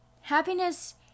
Happiness